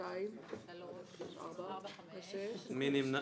מי נמנע?